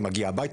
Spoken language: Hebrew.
היא מגיעה הביתה,